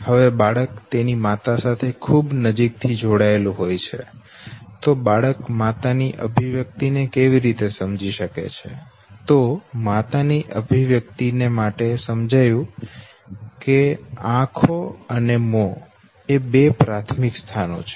હવે બાળક તેની માતા સાથે ખૂબ નજીક થી જોડાયેલું હોય છે તો બાળક માતાની અભિવ્યક્તિ ને કેવી રીતે સમજી શકે છે તો માતા ની અભિવ્યક્તિ ને માટે સમજાયું કે આંખો અને મોં એ બે પ્રાથમિક સ્થાનો છે